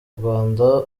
rwanda